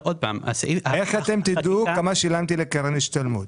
איך אתם תדעו כמה שילמתי לקרן השתלמות?